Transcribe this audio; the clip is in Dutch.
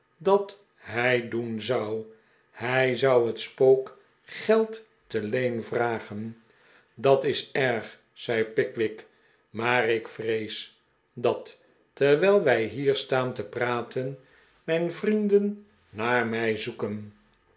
dat hij doen zou hij zou het spook geld te leen vragen dat is erg zei pickwick maar ik vrees dat terwijl wij hier staan te praten mijn vrienden naar mij zoeken